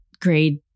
grade